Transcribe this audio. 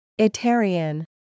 Itarian